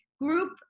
group